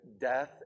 death